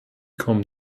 kommen